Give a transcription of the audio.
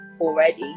already